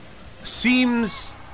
seems